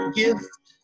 gift